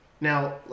now